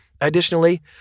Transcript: Additionally